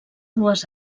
dues